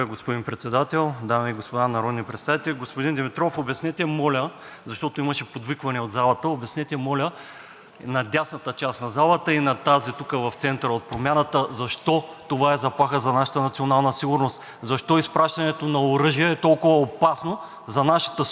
на дясната част на залата и на тази тук, в центъра – от Промяната, защо това е заплаха за нашата национална сигурност. Защо изпращането на оръжия е толкова опасно за нашата сигурност, защото явно някои хора не осъзнават, че утре, вдругиден могат да изпратят и тях на фронта в Русия.